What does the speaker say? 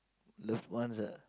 loved ones ah